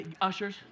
Ushers